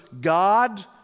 God